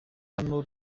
hano